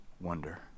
wonder